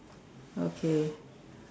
okay